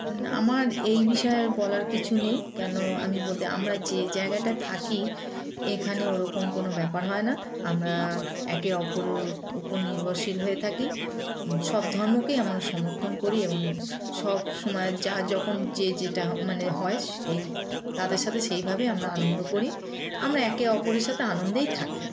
আমার এই বিষয়ে বলার কিছু নেই কেন আমি বলতে আমরা যে জায়গাটা থাকি এখানে ওরকম কোনো ব্যাপার হয় না আমরা একে অপরের উপর নির্ভরশীল হয়ে থাকি সব ধর্মকেই আমরা সমর্থন করি এবং সব সময় যা যখন যে যেটা মানে হয় এই তাদের সাথে সেইভাবেই আমরা আনন্দ করি আমরা একে অপরের সাথে আনন্দেই থাকি